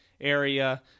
area